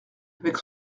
avec